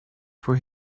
for